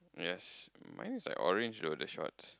yes mine is like orange to all the shorts